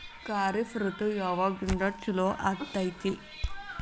ಖಾರಿಫ್ ಋತು ಯಾವಾಗಿಂದ ಚಾಲು ಆಗ್ತೈತಿ?